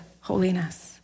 holiness